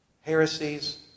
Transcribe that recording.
heresies